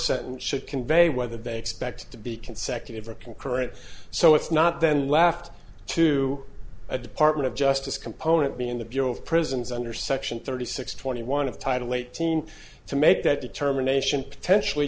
sentence should convey whether they expect to be consecutive or concurrent so it's not then left to the department of justice component being the bureau of prisons under section thirty six twenty one of title eighteen to make that determination potentially